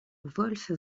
wolff